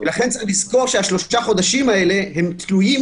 לכן צריך לזכור ששלושה החודשים האלה תלויים